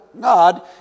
God